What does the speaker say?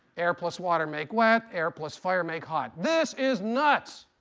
air plus water make wet, air plus fire make hot. this is nuts